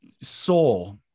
soul